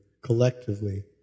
collectively